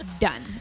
Done